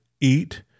eat